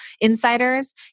insiders